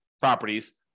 properties